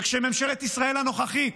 כשממשלת ישראל הנוכחית,